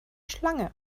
schlange